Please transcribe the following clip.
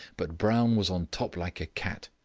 but brown was on top like a cat.